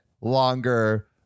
longer